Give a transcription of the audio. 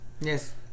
Yes